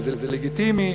וזה לגיטימי,